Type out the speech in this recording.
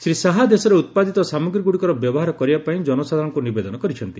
ଶ୍ରୀ ଶାହା ଦେଶରେ ଉତ୍ପାଦିତ ସାମଗ୍ରୀଗ୍ରଡ଼ିକର ବ୍ୟବହାର କରିବା ପାଇଁ ଜନସାଧାରଣଙ୍କ ନିବେଦନ କରିଛନ୍ତି